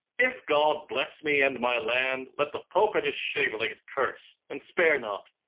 if god bless me and my land, let the pope and his shavelings curse and spare not.